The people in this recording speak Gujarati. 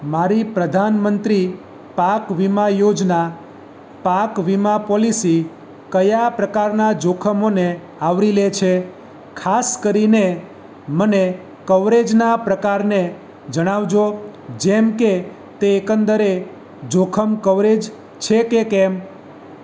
મારી પ્રધાનમંત્રી પાક વીમા યોજના પાક વીમા પોલિસી કયા પ્રકારનાં જોખમોને આવરી લે છે ખાસ કરીને મને કવરેજના પ્રકારને જણાવજો જેમ કે તે એકંદરે જોખમ કવરેજ છે કે કેમ